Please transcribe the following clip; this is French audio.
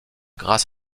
grâce